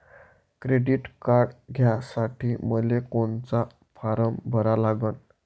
Credit card घ्यासाठी मले कोनचा फारम भरा लागन?